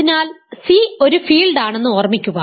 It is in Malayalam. അതിനാൽ സി ഒരു ഫീൽഡ് ആണെന്ന് ഓർമ്മിക്കുക